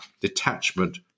detachment